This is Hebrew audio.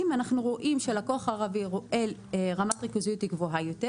אנחנו רואים שלקוח ערבי רואה רמת ריכוזיות גבוהה יותר,